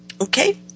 Okay